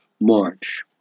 March